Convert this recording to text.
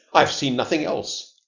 i've seen nothing else.